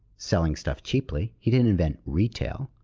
selling stuff cheaply. he didn't invent retail.